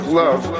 love